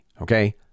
okay